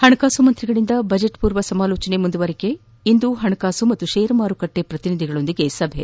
ಹಣಕಾಸು ಮಂತ್ರಿಗಳಿಂದ ಬಜೆಟ್ ಪೂರ್ವ ಸಮಾಲೋಚನೆ ಇಂದು ಹಣಕಾಸು ಮತ್ತು ಷೇರುಮಾರುಕಟ್ಟೆ ಪ್ರತಿನಿಧಿಗಳೊಂದಿಗೆ ಸಭೆ